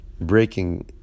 breaking